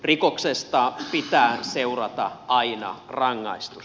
rikoksesta pitää seurata aina rangaistus